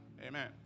Amen